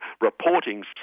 reporting